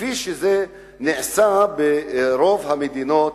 כפי שזה נעשה ברוב המדינות